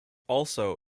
also